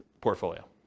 portfolio